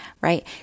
right